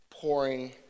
Pouring